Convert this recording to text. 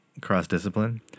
cross-discipline